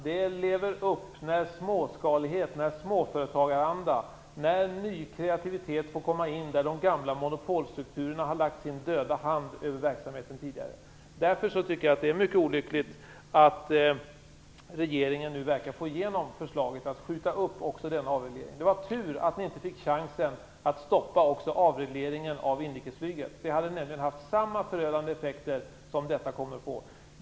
Den lever upp när småskalighet, småföretagaranda och ny kreativitet får komma in där de gamla monopolstrukturerna har lagt sin döda hand över verksamheten tidigare. Därför tycker jag att det är mycket olyckligt att regeringen verkar få igenom förslaget att skjuta upp denna avreglering. Det var tur att ni inte fick chansen att stoppa avregleringen av inrikesflyget. Det hade nämligen haft samma förödande effekter som detta kommer att få.